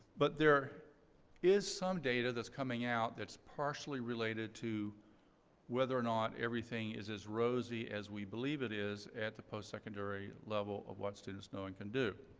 but there is some data that's coming out that's partially related to whether or not everything is as rosy as we believe it is at the post-secondary level of what students know and can do.